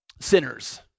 sinners